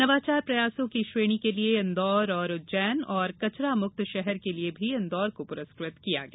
नवाचार प्रयासों की श्रेणी के लिए इंदौर और उज्जैन और कचरा मुक्त शहर के लिए भी इंदौर को पुरस्कृत किया गया